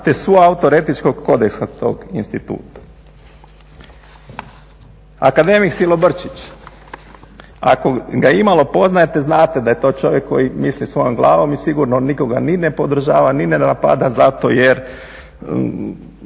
te suautor etičkog kodeksa tog instituta. Akademik Silobrčić, ako ga imalo poznajete znate da je to čovjek koji misli svojom glavom i sigurno nikoga ni ne podržava, ni ne napada zato jer